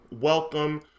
welcome